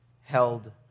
held